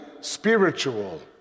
spiritual